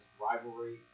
rivalry